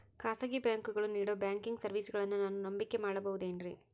ಖಾಸಗಿ ಬ್ಯಾಂಕುಗಳು ನೇಡೋ ಬ್ಯಾಂಕಿಗ್ ಸರ್ವೇಸಗಳನ್ನು ನಾನು ನಂಬಿಕೆ ಮಾಡಬಹುದೇನ್ರಿ?